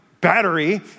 battery